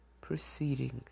proceedings